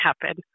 happen